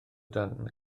dan